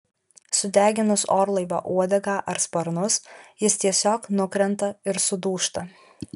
sudeginus orlaivio uodegą ar sparnus jis tiesiog nukrenta ir sudūžta